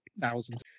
thousands